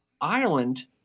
Ireland